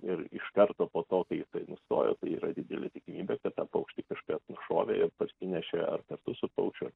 ir iš karto po to kai jisai nustojo tai yra didelė tikimybė kad tą paukštį kažkas nušovė ir parsinešė ar kartu su paukščiu